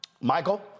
Michael